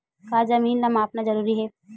का जमीन ला मापना जरूरी हे?